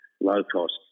low-cost